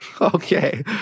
Okay